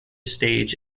stage